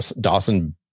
Dawson